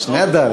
שני אדרים.